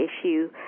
issue